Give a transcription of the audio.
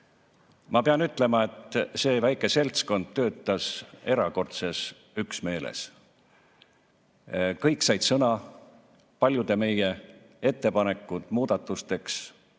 Ma pean ütlema, et see väike seltskond töötas erakordses üksmeeles. Kõik said sõna, paljude meie ettepanekud muudatuste